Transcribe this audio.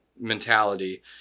mentality